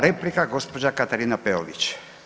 Replika gospođa Katarina Peović.